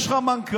יש לך מנכ"ל,